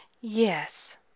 Yes